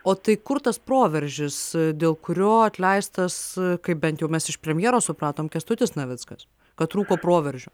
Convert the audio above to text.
o tai kur tas proveržis dėl kurio atleistas kaip bent jau mes iš premjero supratom kęstutis navickas kad trūko proveržio